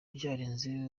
byarenze